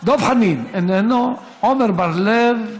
דב חנין, איננו, עמר בר-לב,